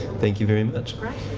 thank you very much.